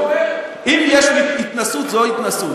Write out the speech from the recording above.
להפך, אני אומר, אם יש התנשאות, זאת התנשאות.